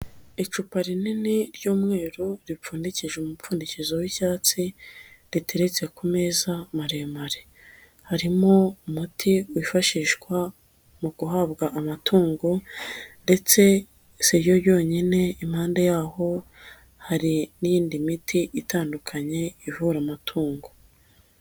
Icupa rinini ry'umweru ripfundikije umupfundikizo w'icyatsi, riteretse ku meza maremare. Harimo umuti wifashishwa mu guhabwa amatungo ndetse si ryo ryonyine impande yaho hari n'indi miti itandukanye ivura amatungo.